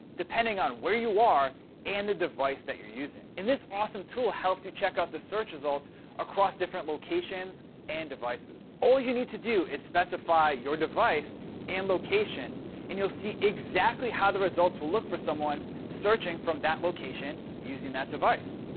depending on where you are and the device that you're using. and this some tool helps you check out the search results across different locations and devices. all you need to do is specify your device and location and you'll see exactly how the results will look for someone searching from that location, using that device.